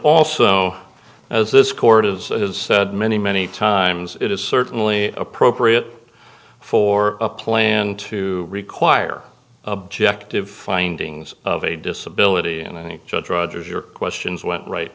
also as this court of law has said many many times it is certainly appropriate for a plan to require objective findings of a disability and judge rogers your questions went right